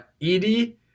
Edie